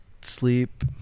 sleep